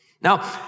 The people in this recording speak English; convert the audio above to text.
Now